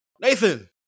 Nathan